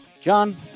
John